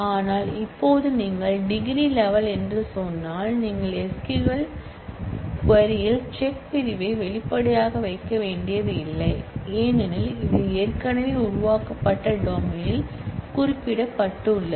எனவே இப்போது நீங்கள் டிகிரி லெவல் என்று சொன்னால் நீங்கள் SQL வினவலில் CHECK பிரிவை வெளிப்படையாக வைக்க வேண்டியதில்லை ஏனெனில் இது ஏற்கனவே உருவாக்கப்பட்ட டொமைனில் குறிப்பிடப்பட்டுள்ளது